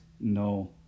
no